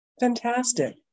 Fantastic